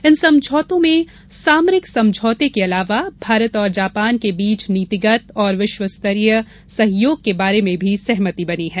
इन समझौतों में सामरिक समझौतों के अलावा भारत और जापान के बीच नीतिगत और विश्वस्तरीय सहयोग के बारे में भी सहमति बनी है